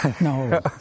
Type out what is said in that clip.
No